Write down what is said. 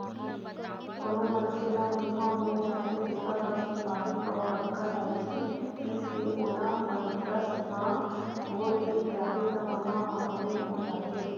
कोनो मनखे ल मुंहा हो जाथे तेखर बर सुपारी अउ बड़का लायची पीसके ओला मंदरस म घोरके पियाबे त मुंहा ह बने हो जाथे